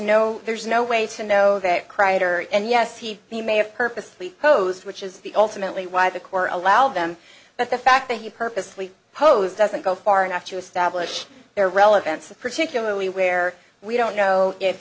no there's no way to know that kreider and yes he he may have purposely posed which is the ultimately why the corps allowed them but the fact that he purposely posed doesn't go far enough to establish their relevance and particularly where we don't know if